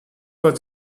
was